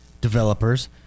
developers